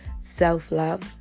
Self-love